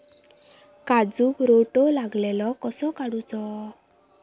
काजूक रोटो लागलेलो कसो काडूचो?